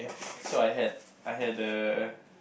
so I had I had a